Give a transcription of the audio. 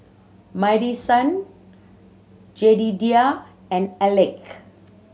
Madison Jedediah and Alek